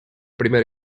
primer